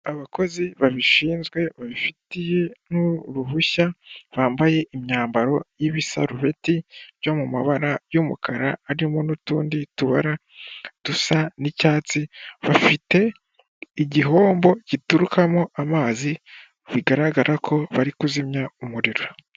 Abakozi babishinzwe, babifitiye n'uruhushya, bambaye imyambaro y'ibisaruveti byo mu mabara y'umukara, harimo n'utundi tubara dusa n'icyatsi, bafite igihombo giturukamo amazi, bigaragara ko bari kuzimya umuriro.